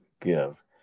give